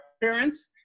parents